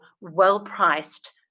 well-priced